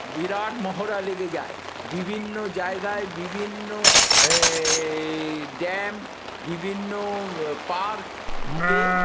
বিরাট মহড়া লেগে যায় বিভিন্ন জায়গায় বিভিন্ন ড্যাম বিভিন্ন বিভিন্ন পার্কে